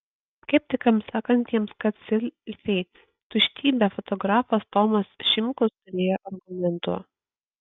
skeptikams sakantiems kad selfiai tuštybė fotografas tomas šimkus turėjo argumentų